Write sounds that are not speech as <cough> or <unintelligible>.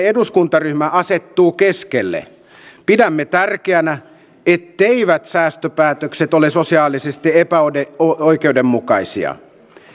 <unintelligible> eduskuntaryhmä asettuu keskelle pidämme tärkeänä etteivät säästöpäätökset ole sosiaalisesti epäoikeudenmukaisia